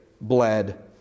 bled